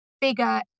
bigger